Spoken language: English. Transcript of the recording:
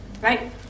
right